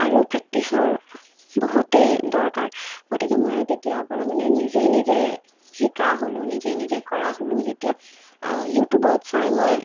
আৰু প্ৰেক্টিছৰ বহুতেই দৰকাৰ গতিকে মই তেতিয়াৰপৰা মানে নিজেই নিজেই শিকা হ'লো নিজেই নিজেই কৰা হ'লো যেতিয়া ইউটিউবত চাই মই